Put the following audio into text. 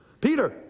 Peter